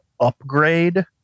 Upgrade